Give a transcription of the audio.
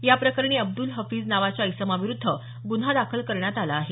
याप्रकरणी अब्द्रल हफीज नावाच्या इसमाविरुद्ध ग्रन्हा दाखल करण्यात आला आहे